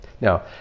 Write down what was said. Now